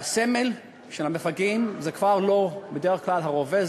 והסמל של המפגעים, זה כבר לא, בדרך כלל, הרובה.